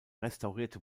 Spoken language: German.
restaurierte